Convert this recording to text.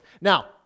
Now